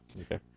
okay